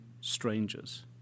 strangers